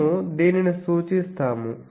మేము దీనిని సూచిస్తాము